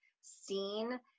seen